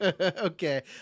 Okay